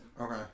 Okay